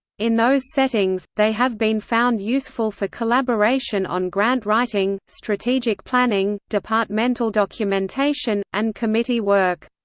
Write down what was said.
in those settings, they have been found useful for collaboration on grant writing, strategic planning, departmental documentation, and committee work.